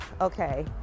okay